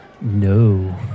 No